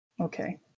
Okay